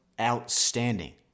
outstanding